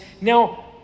now